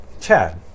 Chad